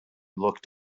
looked